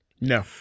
no